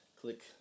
click